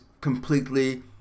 completely